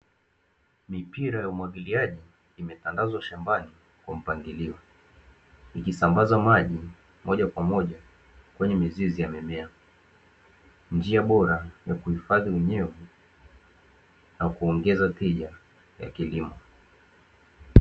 Mipira ya umwagiliaji imetandazwa shambani kwa mpangilio, ikisambaza maji moja kwa moja kwenye mizizi ya mimea njia bora ya kuhifadhi unyevu, na kuongeza tija ya kilimo.